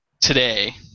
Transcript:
today